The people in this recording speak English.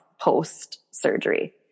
post-surgery